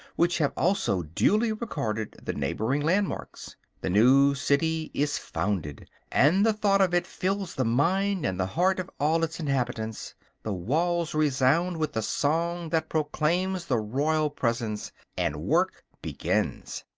which have also duly recorded the neighboring landmarks the new city is founded and the thought of it fills the mind and the heart of all its inhabitants the walls resound with the song that proclaims the royal presence and work begins.